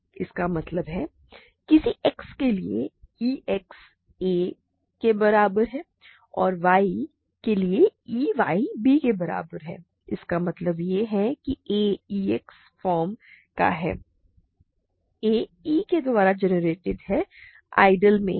इसका मतलब है किसी x के लिए ex a के बराबर है और किसी y के लिए ey b के बराबर है इसका मतलब यह है कि a ex फॉर्म का है a e के द्वारा जनरेटेड आइडियल में है